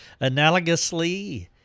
Analogously